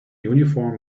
uniform